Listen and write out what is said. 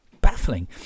Baffling